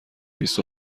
بیست